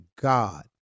God